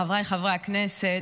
חבריי חברי הכנסת,